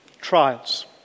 trials